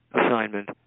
assignment